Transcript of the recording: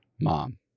mom